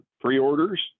pre-orders